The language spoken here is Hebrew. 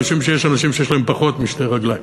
משום שיש אנשים שיש להם פחות משתי רגליים.